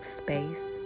space